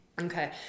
Okay